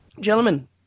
Gentlemen